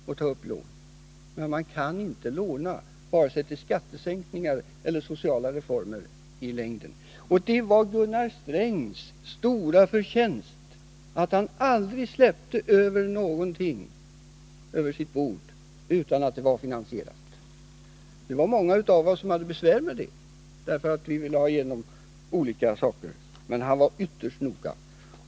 Men man kan i längden inte låna vare sig till skattesänkningar eller sociala reformer. Det var Gunnar Strängs stora förtjänst att han aldrig föreslog en utgift som inte var finansierad. Det var många av oss som tyckte att det var besvärligt, för vi ville ha igenom olika reformer. Men han var ytterst noga med att vilja ha täckning för utgifterna.